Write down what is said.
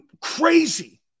crazy